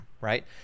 right